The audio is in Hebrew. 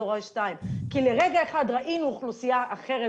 "הורה 2". כי לרגע אחד ראינו אוכלוסייה אחרת